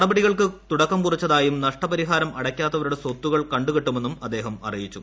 നടപടികൾക്ക് തുടക്കം കുറിച്ചതായും നഷ്ടപരിഹാരം അടയ്ക്കാത്തവരുടെ സ്വത്തുക്കൾ കണ്ടുകെട്ടുമെന്നും അദ്ദേഹം അറിയിച്ചു